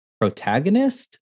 protagonist